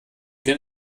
den